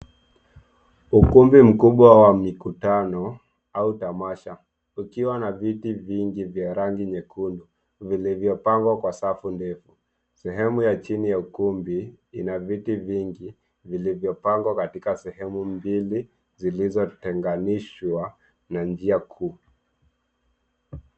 Ukumbi mkubwa wa mikutano au tamasha ukiwa na viti vingi vya rangi nyekundu vilivyopangwa kwa safu ndefu. Sehemu ya chini ya ukumbi ina viti vingi vilivyopangwa katika sehemu mbili zilizotenganishwa na njia kuu.